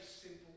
simple